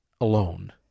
alone